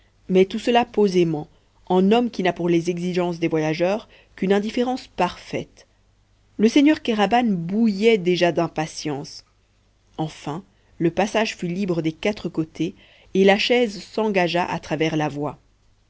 mais tout cela posément en homme qui n'a pour les exigences des voyageurs qu'une indifférence parfaite le seigneur kéraban bouillait déjà d'impatience enfin le passage fut libre des quatre côtés et la chaise s'engagea à travers la voie